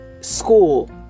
school